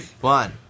One